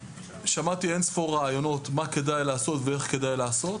שמעתי אין ספור רעיונות מה כדאי לעשות ואיך כדאי לעשות.